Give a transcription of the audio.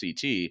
CT